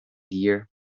dear